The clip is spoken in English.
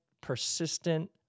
persistent